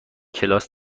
کلاس